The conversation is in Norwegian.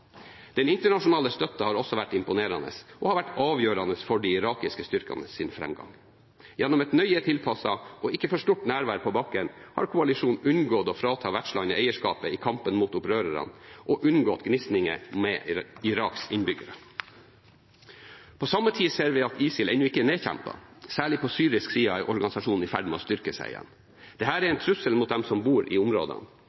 Den internasjonale støtten har også vært imponerende, og har vært avgjørende for de irakiske styrkenes framgang. Gjennom et nøye tilpasset, og ikke for stort, nærvær på bakken har koalisjonen unngått å frata vertslandet eierskapet i kampen mot opprørerne, og unngått gnisninger med Iraks innbyggere. På samme tid ser vi at ISIL ennå ikke er nedkjempet. Særlig på syrisk side er organisasjonen i ferd med å styrke seg igjen. Dette er en trussel mot dem som bor i disse områdene. Det